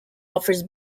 offers